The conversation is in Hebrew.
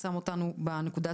שם אותנו בנקודה